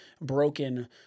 broken